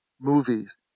movies